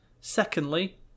Secondly